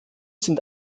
sind